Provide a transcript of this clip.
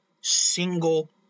single